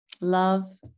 Love